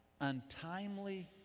untimely